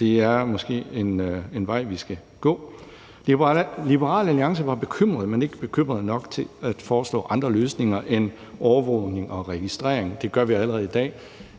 Det er måske en vej, vi skal gå. Liberal Alliance var bekymret, men ikke bekymret nok til at foreslå andre løsninger end overvågning og registrering. Det gør vi allerede i dag,